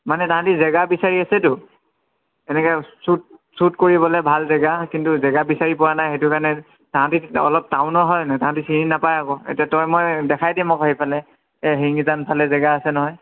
মানে তাহাঁতি জেগা বিচাৰি আছেতো তেনেকৈ শ্বুট শ্বুট কৰিবলৈ ভাল জেগা কিন্তু জেগা বিচাৰি পোৱা নাই সেইটো কাৰণে তাহাঁতি অলপ টাউনৰ হয় নাই তাহাঁতি চিনি নাপায় আকৌ এতিয়া তই মই দেখাই দিম আকৌ সেইফালে এই শিঙিজানৰ ফালে জেগা আছে নহয়